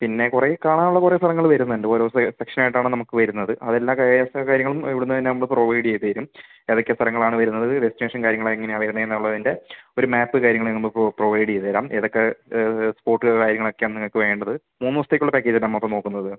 പിന്നെ കുറേ കാണാനുള്ള കുറേ സ്ഥലങ്ങൾ വരുന്നുണ്ട് ഓരോ സെക്ഷൻ ആയിട്ടാണ് നമുക്ക് വരുന്നത് അതെല്ലാ കാര്യങ്ങളും ഇവിടെനിന്ന് തന്നെ നമ്മൾ പ്രൊവൈഡ് ചെയ്തുതരും ഏതൊക്കെ സ്ഥലങ്ങളാണ് വരുന്നത് ഡെസ്റ്റിനേഷൻ കാര്യങ്ങൾ എങ്ങേനെയാണ് വരുന്നതെന്ന് എന്നുള്ളതിൻ്റെ ഒരു മാപ് കാര്യങ്ങൾ നമ്മൾ പ്രൊവൈഡ് ചെയ്തുതരാം ഏതൊക്കെ സ്പോട്ട് കാര്യങ്ങളൊക്കെയാണ് നിങ്ങൾക്ക് വേണ്ടത് മൂന്ന് ദിവസത്തേക്കുള്ള പാക്കേജ് അല്ലേ നമ്മളിപ്പം നോക്കുന്നത്